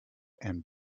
and